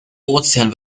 ozean